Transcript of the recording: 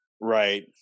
Right